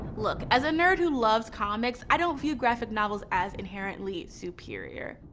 look, as a nerd who loves comics, i don't view graphic novels as inherently superior,